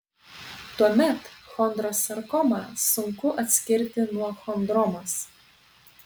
tuomet chondrosarkomą sunku atskirti nuo chondromos